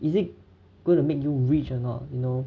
is it going to make you rich or not you know